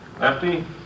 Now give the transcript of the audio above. Lefty